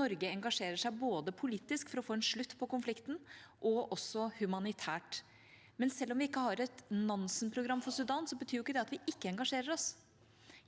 Norge engasjerer seg både politisk for å få en slutt på konflikten og humanitært. Selv om vi ikke har et Nansen-program for Sudan, betyr ikke det at vi ikke engasjerer oss.